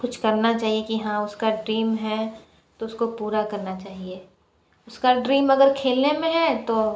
कुछ करना चाहिए कि हाँ उसका ड्रीम है तो उसको पूरा करना चाहिए उसका ड्रीम अगर खेलने में है तो